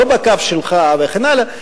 לא בקו שלך וכן הלאה,